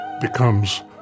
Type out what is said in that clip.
becomes